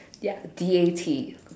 ya D A T